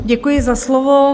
Děkuji za slovo.